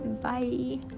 Bye